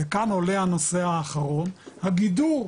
כאן עולה הנושא האחרון, הגידור.